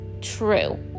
true